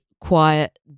quiet